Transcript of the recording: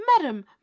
madam